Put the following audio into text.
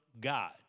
God